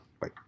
Bye